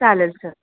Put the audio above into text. चालेल सर